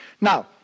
Now